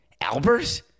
Albers